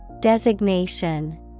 Designation